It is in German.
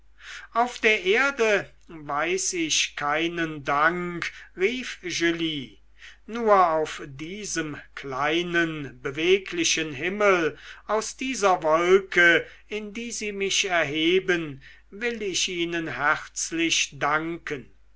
auf der erde weiß ich keinen dank rief julie nur auf diesem kleinen beweglichen himmel aus dieser wolke in die sie mich erheben will ich ihnen herzlich danken